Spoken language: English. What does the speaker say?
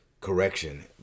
correction